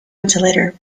ventilator